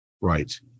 Right